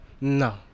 No